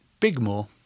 Bigmore